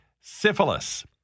syphilis